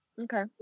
okay